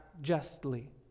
justly